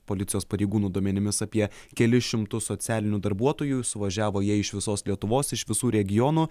policijos pareigūnų duomenimis apie kelis šimtus socialinių darbuotojų suvažiavo jie iš visos lietuvos iš visų regionų